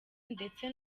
ndetse